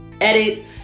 edit